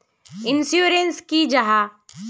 Insurance की जाहा?